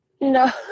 No